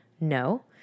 No